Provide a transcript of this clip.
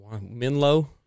Menlo